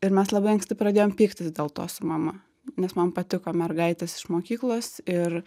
ir mes labai anksti pradėjom pyktis dėl to su mama nes man patiko mergaitės iš mokyklos ir